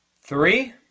Three